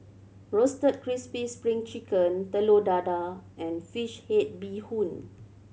Roasted Crispy Spring Chicken Telur Dadah and fish head bee hoon